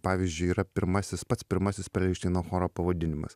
pavyzdžiui yra pirmasis pats pirmasis perelšteino choro pavadinimas